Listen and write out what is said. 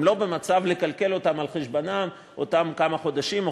הם לא במצב לכלכל אותם על חשבונם אותם כמה חודשים או